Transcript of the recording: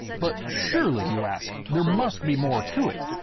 but, sheirly, you ask. there must be more to it?